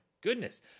goodness